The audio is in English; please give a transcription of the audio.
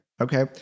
okay